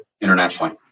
internationally